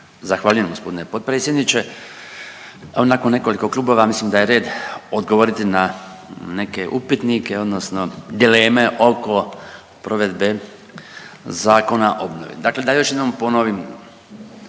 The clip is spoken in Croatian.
Zahvaljujem g. potpredsjedniče. Nakon nekoliko klubova mislim da je red odgovoriti na neke upitnike odnosno dileme oko provedbe Zakona o obnovi. Dakle da još jednom ponovim,